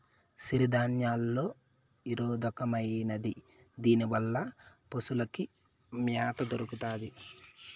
సిరుధాన్యాల్లో ఇదొరకమైనది దీనివల్ల పశులకి మ్యాత దొరుకుతాది